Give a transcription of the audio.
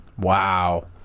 Wow